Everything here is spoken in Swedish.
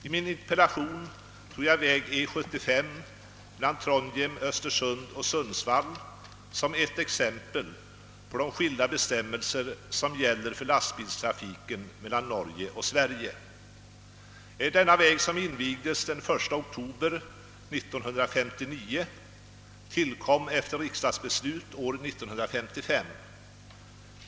I min interpellation tog jag väg E 75 mellan Trondheim—Östersund—Sundsvall som ett exempel på de skilda bestämmelser som gäller för lastbilstrafiken mellan Norge och Sverige. Denna väg, som invigdes den 1 oktober 1959, tillkom efter riksdagsbeslut år 1955.